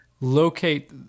locate